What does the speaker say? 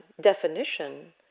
definition